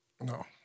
no